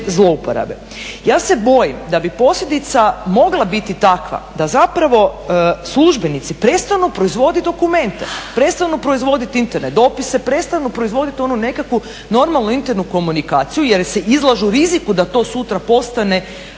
Ja se bojim da bi posljedica mogla biti takva da zapravo službenici prestanu proizvoditi dokumente, prestanu proizvoditi interne dopise, prestanu proizvoditi onu nekakvu normalnu internu komunikaciju jer se izlažu riziku da to sutra postane